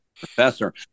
professor